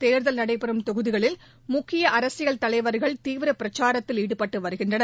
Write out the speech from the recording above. தேர்தல் நடைபெறும் தொகுதிகளில் முக்கிய அரசியல் தலைவர்கள் தீவிர பிரச்சாரத்தில் ஈடுபட்டு வருகின்றனர்